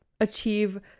achieve